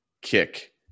kick